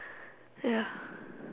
ya